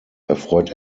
erfreut